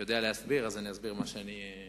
יודע להסביר, אז אני אסביר את מה שאני מבין.